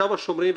ושם שומרים,